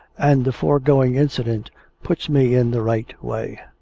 and the foregoing incident puts me in the right way.